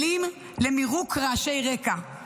כלים למירוק רעשי רקע,